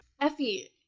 Effie